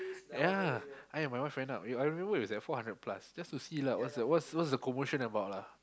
ya I and my wife find out I remember it's at four hundred plus just to see lah what's the what's what's the commotion about lah